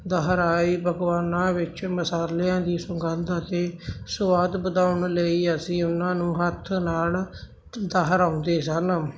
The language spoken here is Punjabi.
ਦਹਰਾਏ ਪਕਵਾਨਾਂ ਵਿੱਚ ਮਸਾਲਿਆਂ ਦੀ ਸੁੰਗਧ ਅਤੇ ਸੁਆਦ ਵਧਾਉਣ ਲਈ ਅਸੀਂ ਉਨ੍ਹਾਂ ਨੂੰ ਹੱਥ ਨਾਲ ਦੁਹਰਾਉਂਦੇ ਸਨ